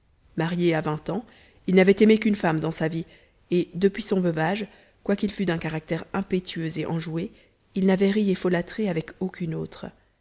marié à vingt ans il n'avait aimé qu'une femme dans sa vie et depuis son veuvage quoiqu'il fût d'un caractère impétueux et enjoué il n'avait ri et folâtré avec aucune autre